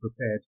prepared